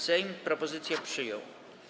Sejm propozycję przyjął.